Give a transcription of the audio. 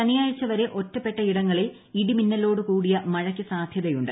ശനിയാഴ്ച വരെ ഒറ്റപ്പെട്ടയിടങ്ങളിൽ ഇടിമിന്നലോട് കൂടിയ മഴയ്ക്ക് സാധ്യതയുണ്ട്